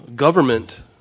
Government